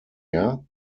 air